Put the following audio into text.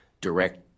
direct